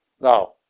Now